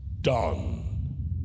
done